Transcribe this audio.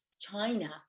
china